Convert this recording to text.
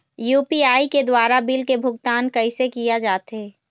UPI के द्वारा bill के भुगतान कैसे किया जाथे?